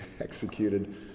executed